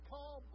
Paul